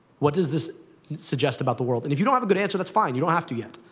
what does this suggest about the world. and if you don't have a good answer, that's fine. you don't have to yet.